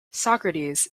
socrates